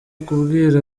kubwira